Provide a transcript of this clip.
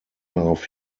darauf